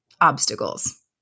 obstacles